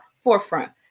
forefront